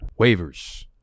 waivers